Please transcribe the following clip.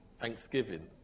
Thanksgiving